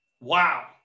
Wow